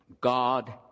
God